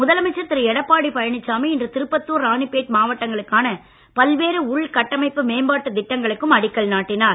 முதலமைச்சர் திரு எடப்பாடி பழனிசாமி இன்று திருப்பத்தார் ராணிபேட் மாவட்டங்களுக்கான பல்வேறு உள்கட்டமைப்பு மேம்பாட்டு திட்டங்களுக்கும் அடிக்கல் நாட்டினார்